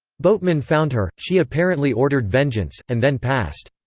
boatmen found her, she apparently ordered vengeance, and then passed.